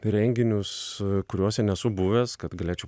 renginius kuriuose nesu buvęs kad galėčiau